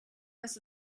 das